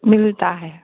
मिलता है